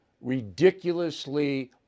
ridiculously